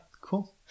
Cool